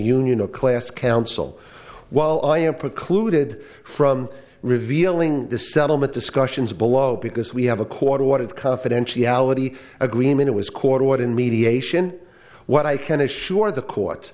union a class council while i am precluded from revealing the settlement discussions below because we have a court order of confidentiality agreement was court order in mediation what i can assure the court